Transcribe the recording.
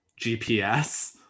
gps